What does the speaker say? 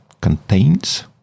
contains